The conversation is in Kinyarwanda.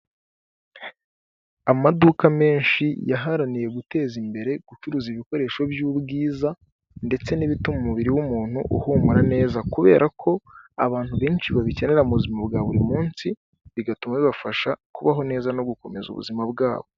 Amaduka menshi yaharaniye guteza imbere gucuruza ibikoresho by'ubwiza ndetse n'ibituma umubiri w'umuntu uhumura neza kubera ko abantu benshi babikenera mu buzima bwa buri munsi, bigatuma bibafasha kubaho neza no gukomeza ubuzima bwabo.